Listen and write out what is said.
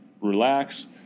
relax